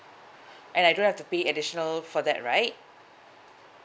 and I don't have to pay additional for that right